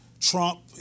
Trump